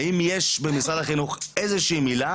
האם יש במשרד החינוך איזושהי מילה